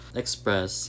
express